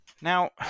now